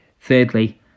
Thirdly